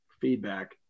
feedback